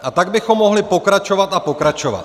A tak bychom mohli pokračovat a pokračovat.